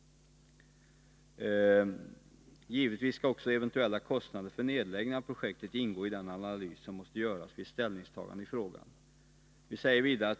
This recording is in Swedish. Givetvis skall också eventuella kostnader för nedläggning av projektet ingå i den analys som måste göras vid ett ställningstagande i frågan.